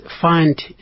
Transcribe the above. find